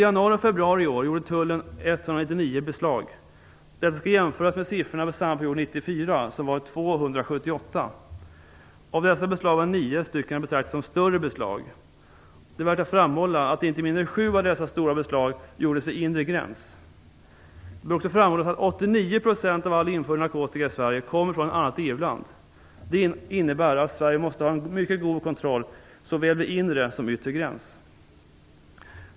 beslag. Detta skall jämföras med siffrorna för samma period 1994 som var 278. Av dessa beslag var nio stycken att betrakta som större beslag. Det är värt att framhålla att inte mindre än sju av dessa stora beslag gjordes vid den inre gränsen. Det bör också framhållas att 89 % av all införd narkotika i Sverige kommer från ett annat EU-land. Detta innebär att Sverige måste ha en mycket god gränskontroll vid såväl inre som yttre gräns.